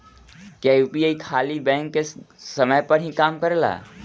क्या यू.पी.आई खाली बैंक के समय पर ही काम करेला?